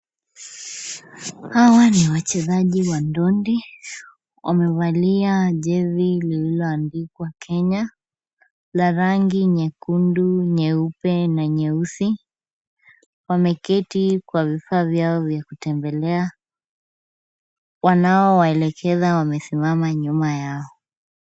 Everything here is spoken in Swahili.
Hawa ni wachezaji wa ndondi, wamevalia jezi lililoandikwa Kenya la rangi nyekundu, nyeupe na nyeusi. Wameketi kwa vifaa vyao vya kutembelea. Wanaowaelekeza wamesimama nyuma yao.